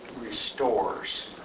restores